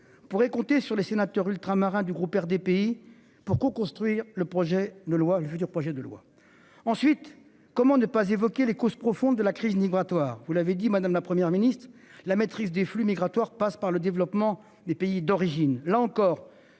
pourrait compter sur les sénateurs ultramarins du groupe RDPI pour co- construire le projet de loi le futur projet de loi ensuite. Comment ne pas évoquer les causes profondes de la crise migratoire. Vous l'avez dit madame, la Première ministre, la maîtrise des flux migratoires passe par le développement des pays d'origine,